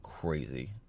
crazy